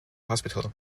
hospital